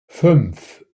fünf